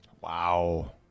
Wow